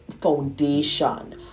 foundation